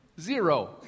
Zero